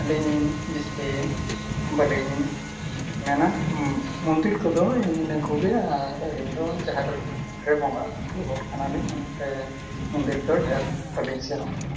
ᱟᱹᱞᱤᱧ ᱵᱤᱥᱛᱤ ᱵᱟᱹᱞᱤᱧ ᱢᱮᱱᱟ ᱢᱚᱱᱫᱤᱨ ᱠᱚᱫᱚ ᱤᱱᱟᱹ ᱠᱚᱜᱮ ᱟᱨ ᱡᱟᱦᱮᱨ ᱨᱮ ᱵᱚᱸᱜᱟᱜᱼᱵᱩᱨᱩᱜ ᱦᱚᱲ ᱠᱟᱱᱟᱞᱤᱧ ᱚᱱᱟᱛᱮ ᱢᱚᱱᱫᱤᱨ ᱫᱚ ᱰᱷᱮᱹᱨ ᱵᱟᱹᱞᱤᱧ ᱥᱮᱱᱚᱜ ᱠᱟᱱᱟ